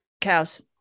cows